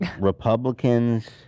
Republicans